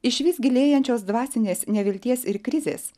iš vis gilėjančios dvasinės nevilties ir krizės